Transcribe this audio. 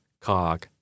cog